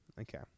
okay